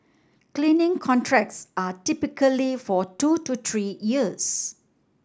cleaning contracts are typically for two to three years